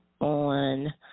on